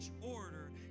order